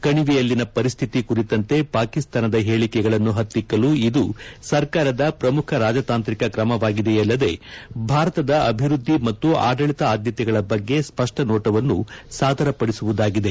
ಕಣಿವೆಯಲ್ಲಿನ ಪರಿಶ್ರಿತಿ ಕುರಿತಂತೆ ಪಾಕಿಸ್ತಾನದ ಹೇಳಿಕೆಗಳನ್ನು ಪತ್ತಿಕ್ಕಲು ಇದು ಸರ್ಕಾರದ ಪ್ರಮುಖ ರಾಜತಾಂತ್ರಿಕ ತ್ರಮವಾಗಿದೆಯಲ್ಲದೇ ಭಾರತದ ಅಭಿವ್ಯದ್ಧಿ ಮತ್ತು ಆಡಳಿತ ಆದ್ಯತೆಗಳ ಬಗ್ಗೆ ಸ್ಪಷ್ಟ ನೋಟವನ್ನು ಸಾದರ ಪಡಿಸುವುದಾಗಿದೆ